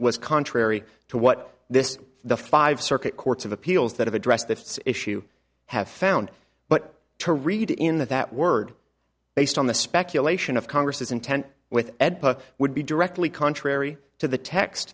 was contrary to what this the five circuit courts of appeals that have addressed this issue have found but to read in that that word based on the speculation of congress's intent with ed would be directly contrary to the text